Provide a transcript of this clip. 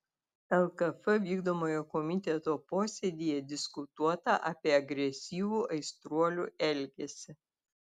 lkf vykdomojo komiteto posėdyje diskutuota apie agresyvų aistruolių elgesį